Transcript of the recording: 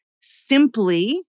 simply